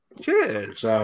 Cheers